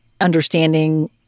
understanding